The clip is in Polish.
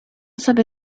sobie